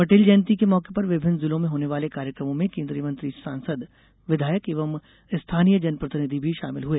पटेल जयंती के मौके पर विभिन्न जिलों में होने वाले कार्यक्रमों में केन्द्रीय मंत्री सांसद विधायक एवं स्थानीय जनप्रतिनिधि भी शामिल हुए